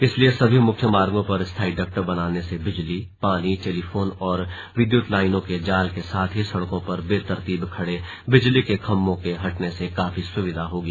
इसलिए सभी मुख्य मार्गों पर स्थाई डक्ट बनाने से बिजली पानी टेलीफोन और विद्युत लाइनों के जाल के साथ ही सड़कों पर बेतरतीब खड़े बिजली के खंभों के हटने से काफी सुविधा होगी